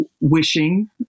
wishing